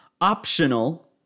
Optional